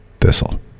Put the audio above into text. Thistle